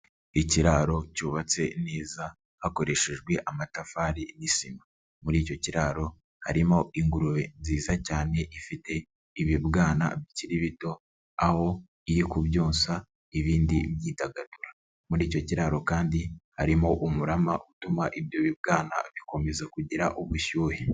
Ikiraro cyubatse neza, hakoreshejwe amatafari n'isima. Muri icyo kiraro harimo ingurube nziza cyane ifite ibibwana bikiri bito, aho iri kubyonsa, ibindi byidagaduro. Muri icyo kiraro kandi harimo umurama utuma ibyo bibwana bikomeza kugira ubushyuhe.